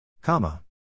Comma